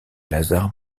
lazar